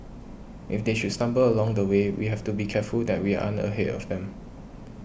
if they should stumble along the way we have to be careful that we aren't ahead of them